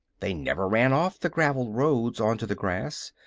they never ran off the graveled roads onto the grass,